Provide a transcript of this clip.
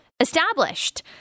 established